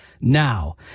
now